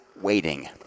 waiting